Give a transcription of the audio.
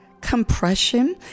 compression